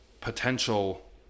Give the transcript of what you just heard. potential